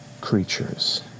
Creatures